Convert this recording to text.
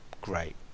Great